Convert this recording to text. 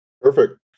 Perfect